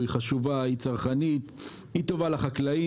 היא חשובה, היא צרכנית, היא טובה לחקלאים.